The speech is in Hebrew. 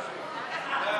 להעלים אותה.